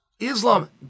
Islam